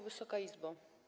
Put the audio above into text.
Wysoka Izbo!